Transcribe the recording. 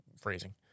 phrasing